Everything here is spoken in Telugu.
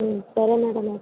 సరే మేడమ్ అయితే